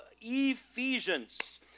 Ephesians